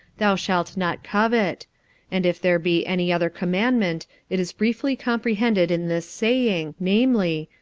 thou shalt not covet and if there be any other commandment, it is briefly comprehended in this saying, namely,